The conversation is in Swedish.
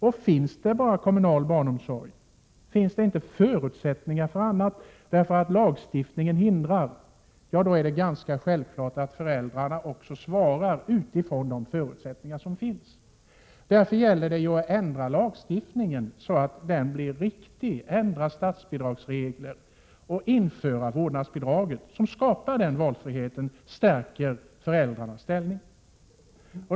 Om det bara finns kommunal barnomsorg, om det inte finns förutsättningar för annat därför att lagstiftningen hindrar, då är det ganska självklart att föräldrarna svarar utifrån de förutsättningar som finns. Därför gäller det att ändra lagstiftningen så att den blir riktig — att ändra statsbidragsregler och införa vårdnadsbidraget, som skapar valfrihet och stärker föräldrarnas ställning.